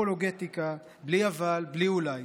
בלי אפולוגטיקה, בלי אבל, בלי אולי.